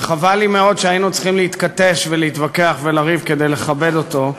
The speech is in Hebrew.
וחבל לי מאוד שהיינו צריכים להתכתש ולהתווכח ולריב כדי לכבד אותו.